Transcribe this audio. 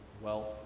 wealth